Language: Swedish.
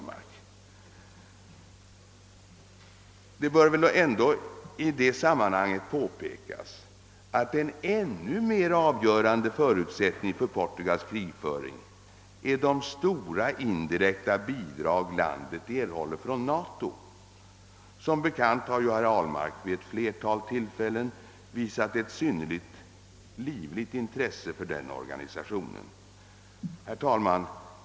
Men det bör väl i det sammanhanget påpekas att en ännu mer avgörande förutsättning för Portugals krigföring är de stora indirekta bidrag landet erhåller från NATO. Som bekant har herr Ahlmark vid ett flertal tillfällen visat ett synnerligen livligt intresse för den organisationen. Herr talman!